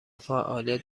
فعالیت